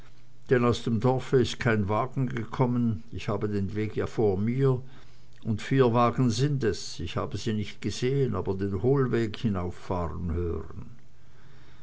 denn aus dem dorfe ist kein wagen gekommen ich habe den weg ja vor mir und vier wagen sind es ich habe sie nicht gesehen aber den hohlweg hinauffahren hören